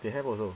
they have also